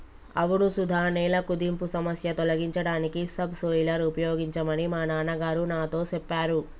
అవును సుధ నేల కుదింపు సమస్య తొలగించడానికి సబ్ సోయిలర్ ఉపయోగించమని మా నాన్న గారు నాతో సెప్పారు